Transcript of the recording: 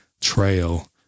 trail